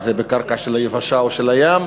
אם בקרקע של היבשה או בקרקע של הים,